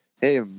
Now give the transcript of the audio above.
hey